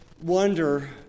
wonder